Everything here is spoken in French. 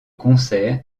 concerts